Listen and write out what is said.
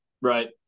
Right